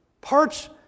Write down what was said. parts